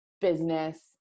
business